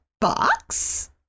box